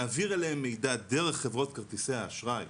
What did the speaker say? להעביר אליהם מידע דרך חברות כרטיסי האשראי